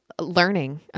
Learning